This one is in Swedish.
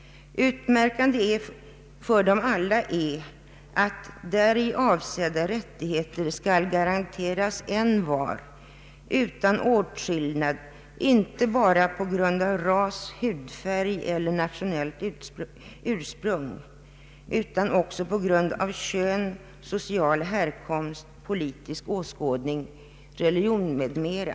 Utmärkande för alla dessa konventioner är att däri avsedda rättigheter skall garanteras envar utan åtskillnad inte bara på grund av ras, hudfärg eller nationellt ursprung utan också på grund av kön, social härkomst, politisk åskådning, religion m.m.